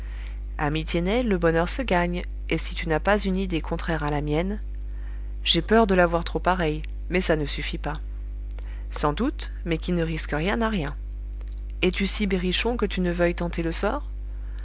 ami tiennet le bonheur se gagne et si tu n'as pas une idée contraire à la mienne j'ai peur de l'avoir trop pareille mais ça ne suffit pas sans doute mais qui ne risque rien n'a rien es-tu si berrichon que tu ne veuilles tenter le sort